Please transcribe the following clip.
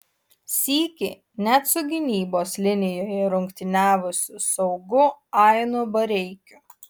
sykį net su gynybos linijoje rungtyniavusiu saugu ainu bareikiu